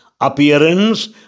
appearance